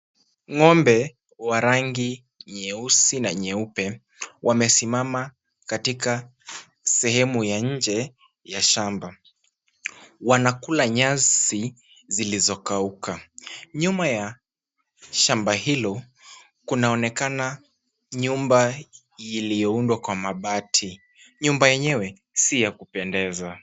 Ng'ombe wa rangi nyeusi na nyeupe. Wamesimama katika sehemu ya nje ya shamba. Wanakula nyasi zilizokauka. Nyuma ya shamba hilo kunaonekana nyumba iliyoundwa kwa mabati. Nyumba yenyewe si ya kupendeza.